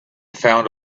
found